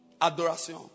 Adoration